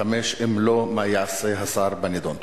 5. אם לא, מה יעשה השר בנדון?